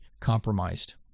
compromised